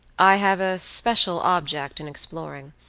i have a special object in exploring.